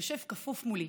הוא יושב כפוף מולי.